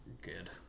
good